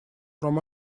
from